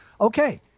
okay